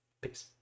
Peace